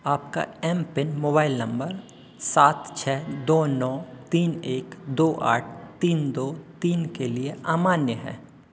आपका M PIN mobile number सात छह दो नौ तीन एक दो आठ तीन दो तीन के लिए अमान्य है